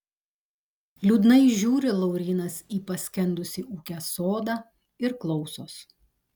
liūdnai žiūri laurynas į paskendusį ūke sodą ir klausos